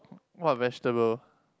what vegetable